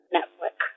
Netflix